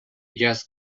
just